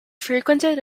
frequented